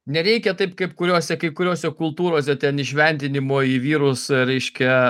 nereikia taip kaip kuriose kai kuriose kultūrose ten įšventinimo į vyrus reiškia